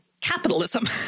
capitalism